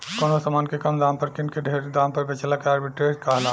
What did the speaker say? कवनो समान के कम दाम पर किन के ढेर दाम पर बेचला के आर्ब्रिट्रेज कहाला